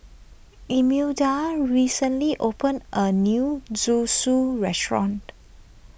Imelda recently opened a new Zosui restaurant